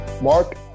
Mark